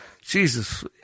Jesus